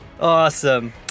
Awesome